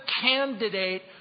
candidate